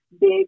big